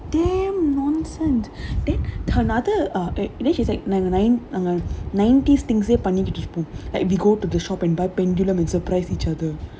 damn nonsense then uh then he's like ni~ nineties things பண்ணிடிருப்போம்:pannitirupom like we go to the shop and buy pendulum and surprise each other